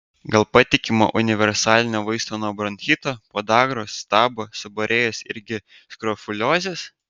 gal patikimo universalinio vaisto nuo bronchito podagros stabo seborėjos irgi skrofuliozės